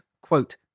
quote